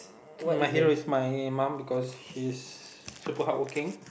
my hero is my mum because she's super hardworking